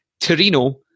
Torino